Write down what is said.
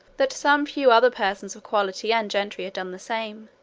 that some few other persons of quality and gentry had done the same,